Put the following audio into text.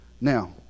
Now